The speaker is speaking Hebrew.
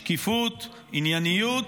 שקיפות, ענייניות,